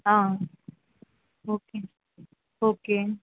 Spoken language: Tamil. ah okay okay